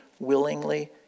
willingly